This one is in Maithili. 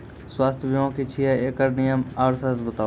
स्वास्थ्य बीमा की छियै? एकरऽ नियम आर सर्त बताऊ?